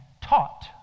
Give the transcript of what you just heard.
taught